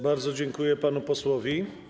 Bardzo dziękuję panu posłowi.